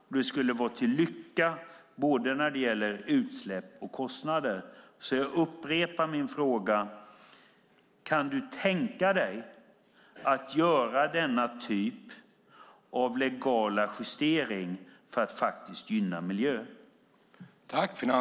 Detta skulle vara till lycka när det gäller både utsläpp och kostnader, så jag upprepar min fråga: Kan du tänka dig att göra denna typ av legal justering för att faktiskt gynna miljön?